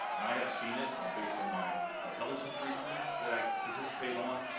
and i have seen it, ah based on my intelligence briefings that i participate on,